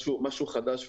שזה משהו חדש וחדשני.